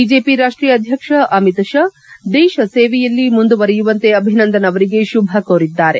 BJP ರಾಷ್ಟೀಯ ಅಧ್ಯಕ್ಷ ಅಮಿತ್ ಷಾ ದೇಶ ಸೇವೆಯಲ್ಲಿ ಮುಂದುವರೆಯುವಂತೆ ಅಭಿನಂದನ್ ಅವರಿಗೆ ಶುಭ ಕೋರಿದ್ದಾರೆ